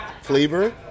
flavor